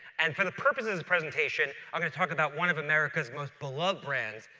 and for the purpose of this presentation, i'm going to talk about one of america's most beloved brands,